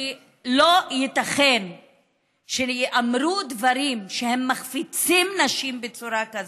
כי לא ייתכן שייאמרו דברים שמחפיצים נשים בצורה כזאת,